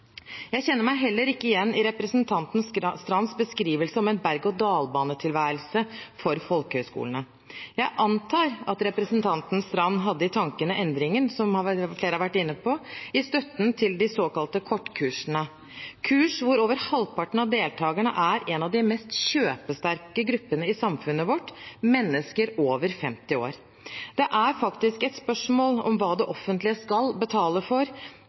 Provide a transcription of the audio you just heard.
Jeg kjenner meg heller ikke igjen i representanten Strands beskrivelse av en berg-og-dal-banetilværelse for folkehøyskolene. Jeg antar at representanten Strand hadde i tankene endringen som flere har vært inne på i støtten til de såkalte kortkursene, kurs hvor over halvparten av deltakerne tilhører en av de mest kjøpesterke gruppene i samfunnet vårt, mennesker over 50 år. Det er faktisk et spørsmål om hva det offentlige skal betale for,